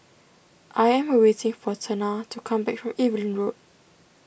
I am waiting for Tana to come back from Evelyn Road